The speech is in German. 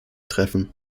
treffen